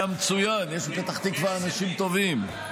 היה מצוין, יש בפתח תקווה אנשים טובים.